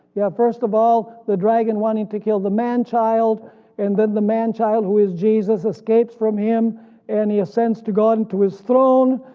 yeah first of all the dragon wanting to kill the man child and then the man child who is jesus escapes from him and he ascends to god and to his throne,